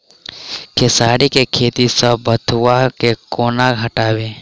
खेसारी केँ खेत सऽ बथुआ केँ कोना हटाबी